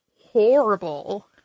horrible